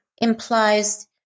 implies